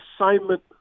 assignment